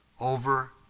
over